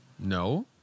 No